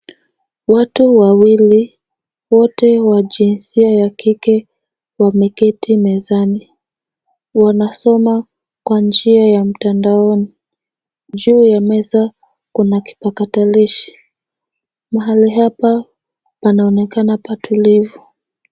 Watu wawili wote wa jinsia ya kike wameketi mezani. Wanasoma kwa njia ya mtandaoni. Juu ya meza kuna kipakatalishi. Mahali hapa panaonekana patulivu.